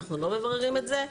אנחנו לא מבררים את זה.